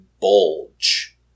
bulge